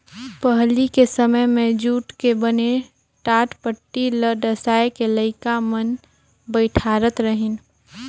पहिली के समें मे जूट के बने टाटपटटी ल डसाए के लइका मन बइठारत रहिन